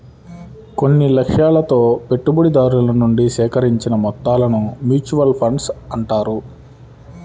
కొన్ని లక్ష్యాలతో పెట్టుబడిదారుల నుంచి సేకరించిన మొత్తాలను మ్యూచువల్ ఫండ్స్ అంటారు